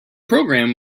program